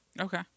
Okay